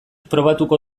probatuko